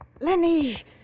Lenny